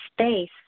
space